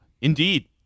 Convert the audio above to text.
Indeed